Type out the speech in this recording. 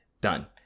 done